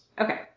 Okay